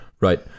right